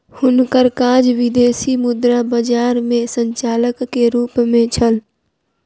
हुनकर काज विदेशी मुद्रा बजार में संचालक के रूप में छल